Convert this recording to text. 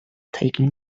taking